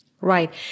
Right